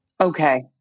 Okay